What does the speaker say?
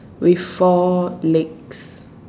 with four legs